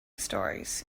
stories